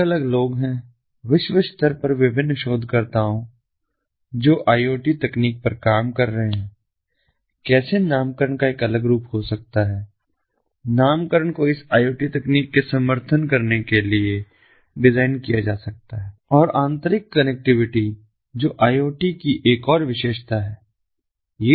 अलग अलग लोग हैं विश्व स्तर पर विभिन्न शोधकर्ता जो आई ओ टी तकनीक पर काम कर रहे हैं कैसे नामकरण का एक अलग रूप हो सकता है नामकरण को इस आई ओ टी तकनीक के समर्थन करने के लिए डिज़ाइन किया जा सकता है और आंतरायिक कनेक्टिविटी जो आई ओ टी की एक और विशेषता है